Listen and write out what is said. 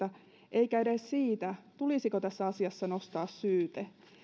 eikä edes siihen tulisiko tässä asiassa nostaa syyte